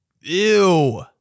ew